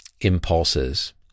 impulses